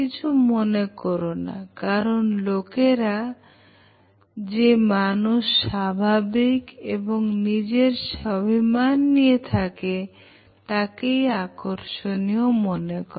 কিছু মনে করো না কারণ লোকেরা যে মানুষ স্বাভাবিক এবং নিজের স্বভিমান নিয়ে থাকে তাকেই আকর্ষণীয় মনে করে